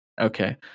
okay